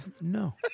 No